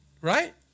Right